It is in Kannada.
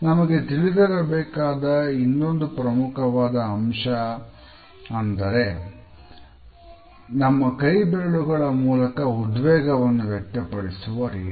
ನಮಗೆ ತಿಳಿದಿರಬೇಕಾದ ಇನ್ನೊಂದು ಮುಖ್ಯವಾದ ಅಂಶ ಎಂದರೆ ನಮ್ಮ ಕೈ ಬೆರಳುಗಳ ಮೂಲಕ ಉದ್ವೇಗವನ್ನು ವ್ಯಕ್ತಪಡಿಸುವ ರೀತಿ